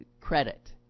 credit